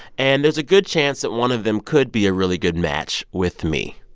and there's a good chance that one of them could be a really good match with me.